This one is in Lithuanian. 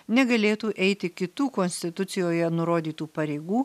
negalėtų eiti kitų konstitucijoje nurodytų pareigų